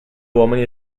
uomini